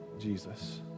Jesus